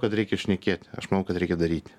kad reikia šnekėti aš manau kad reikia daryti